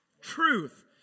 truth